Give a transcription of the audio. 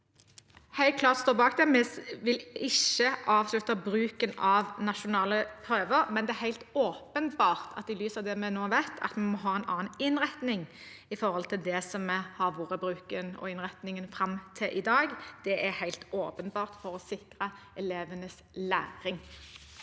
helt klart bak det. Vi vil ikke avslutte bruken av nasjonale prøver, men det er helt åpenbart at vi i lys av det vi nå vet, må ha en annen innretning enn det som har vært bruken og innretningen fram til i dag. Det er helt åpenbart – for å sikre elevenes læring.